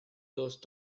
those